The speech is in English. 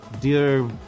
dear